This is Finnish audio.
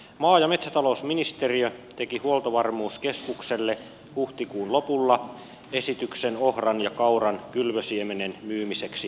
maa ja metsätalousministeriö teki huoltovarmuuskeskukselle huhtikuun lopulla esityksen ohran ja kauran kylvösiemenen myymiseksi varmuusvarastoista